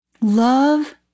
Love